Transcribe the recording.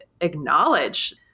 acknowledge